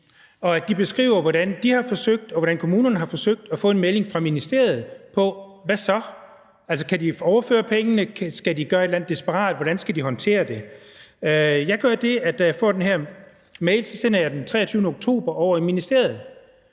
De beskriver, hvordan de har forsøgt, og hvordan kommunerne har forsøgt at få en melding fra ministeriet om, hvad de så skal. Altså, kan de overføre pengene, skal de gøre et eller andet desperat, hvordan skal de håndtere det? Jeg gør det, da jeg får den her mail, at jeg den 23. oktober sender den over i ministeriet,